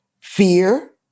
fear